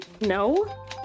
No